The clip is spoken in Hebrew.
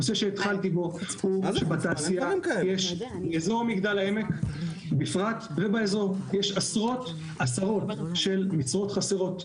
בתעשייה בכלל ובאזור בפרט יש עשרות משרות חסרות.